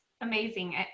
amazing